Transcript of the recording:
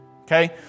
Okay